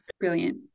Brilliant